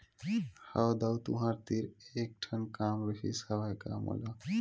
हव दाऊ तुँहर तीर एक ठन काम रिहिस हवय गा मोला